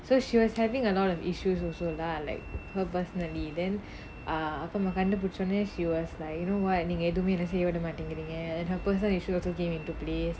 so she was having a lot of issues also lah like her personally then err அப்பா அம்மா கண்டுபிடிச்ச ஒடனே:appa amma kandupidicha odanae she was like you know [what] நீங்க என்ன எதுமே செய்ய விட மாட்டிக்கிறீங்க:neenga enna ethumae seiya vida maatingireenga her personal issue also came into play